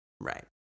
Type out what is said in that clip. Right